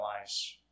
lives